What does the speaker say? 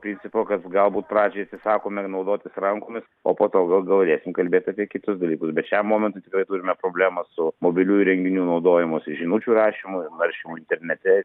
principo kas galbūt pradžiai atsisakome ir naudotis rankomis o po to gal galėsim kalbėt apie kitus dalykus bet šiam momentui tikrai turime problemą su mobilių įrenginių naudojimusi žinučių rašymu ir naršymu internete